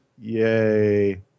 Yay